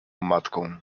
matką